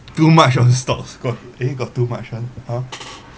too much on stocks got where got too much one ah